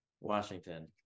Washington